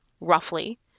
roughly